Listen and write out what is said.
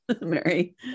mary